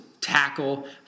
tackle